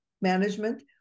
management